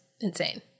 insane